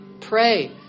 pray